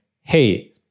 hey